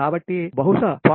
కాబట్టి బహుశా 0